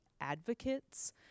advocates